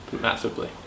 massively